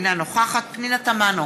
אינה נוכחת פנינה תמנו,